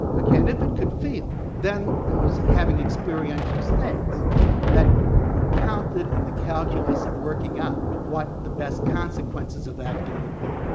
ah if it could feel, then it was having experimental states that counted in the calculus of working out what the best consequences of acting would be.